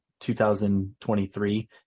2023